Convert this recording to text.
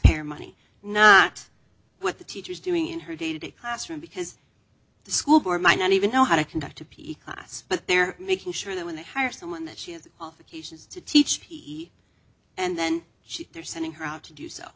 taxpayer money not what the teacher is doing in her day to day classroom because the school board might not even know how to conduct a p e class but they're making sure that when they hire someone that she has the cations to teach he and then she they're sending her out to do so